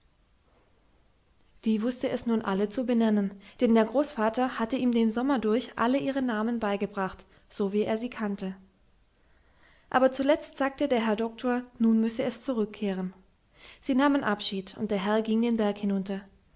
die wußte es nun alle zu benennen denn der großvater hatte ihm den sommer durch alle ihre namen beigebracht so wie er sie kannte aber zuletzt sagte der herr doktor nun müsse es zurückkehren sie nahmen abschied und der herr ging den berg hinunter